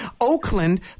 Oakland